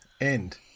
end